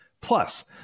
Plus